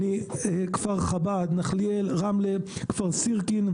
כפר חב"ד, נחליאל, רמלה, כפר סירקין.